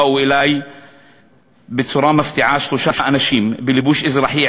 באו אלי במפתיע שלושה אנשים בלבוש אזרחי,